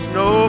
no